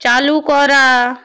চালু করা